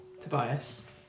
Tobias